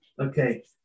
Okay